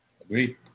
Agreed